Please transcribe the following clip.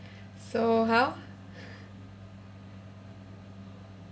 so how